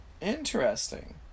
interesting